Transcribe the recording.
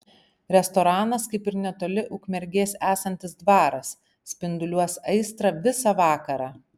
restoranas kaip ir netoli ukmergės esantis dvaras spinduliuos aistrą visa vakarą